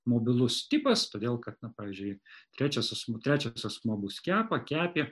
mobilus tipas todėl kad na pavyzdžiui trečias asmuo trečias asmuo bus kepa kepė